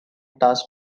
tasks